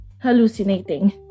hallucinating